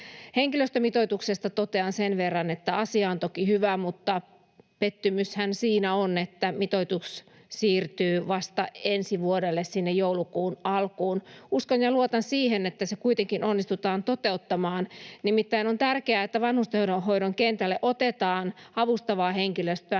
Henkilöstömitoituksesta totean sen verran, että asia on toki hyvä, mutta pettymyshän siinä on, että mitoitus siirtyy vasta ensi vuodelle, sinne joulukuun alkuun. Uskon ja luotan siihen, että se kuitenkin onnistutaan toteuttamaan, nimittäin on tärkeää, että vanhustenhoidon kentälle otetaan avustavaa henkilöstöä,